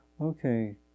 okay